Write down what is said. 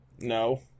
No